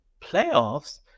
Playoffs